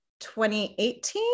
2018